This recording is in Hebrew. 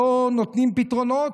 לא נותנים פתרונות,